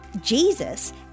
Jesus